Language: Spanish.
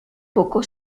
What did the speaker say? poco